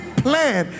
plan